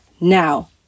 now